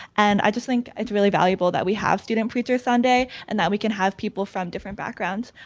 and i just think it's really valuable that we have students preacher sunday, and that we can have people from different backgrounds,